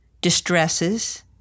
distresses